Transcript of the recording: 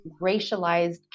racialized